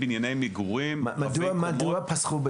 מדוע פסחו על זה?